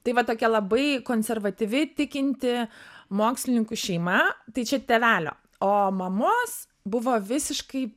tai va tokia labai konservatyvi tikinti mokslininkų šeima tai čia tėvelio o mamos buvo visiškai